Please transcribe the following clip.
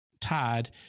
tied